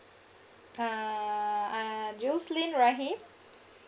uh uh julcin rahim